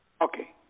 Okay